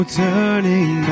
turning